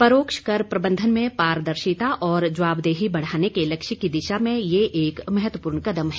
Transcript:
परोक्ष कर प्रबंधन में पारदर्शिता और जवाबदेही बढ़ाने के लक्ष्य की दिशा में यह एक महत्वपूर्ण कदम है